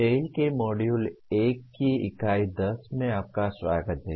tell के module 1 की इकाई 10 में आपका स्वागत है